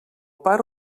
pare